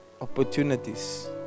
Opportunities